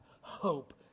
hope